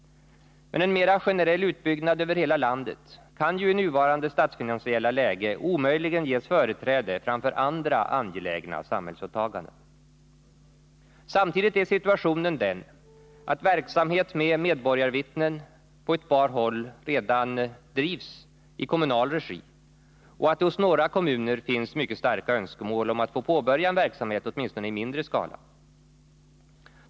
Men en mera generell utbyggnad över hela landet kan ju i nuvarande statsfinansiella läge omöjligen ges företräde framför andra angelägna samhällsåtaganden. Samtidigt är situationen den att verksamhet med medborgarvittnen på ett par håll redan drivs i kommunal regi och att det hos några"'kommuner finns mycket starka önskemål om att få påbörja en verksamhet åtminstone i mindre skala.